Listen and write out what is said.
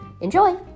Enjoy